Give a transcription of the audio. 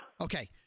Okay